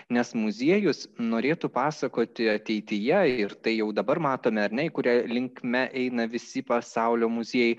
nes muziejus norėtų pasakoti ateityje ir tai jau dabar matome ar ne kuria linkme eina visi pasaulio muziejai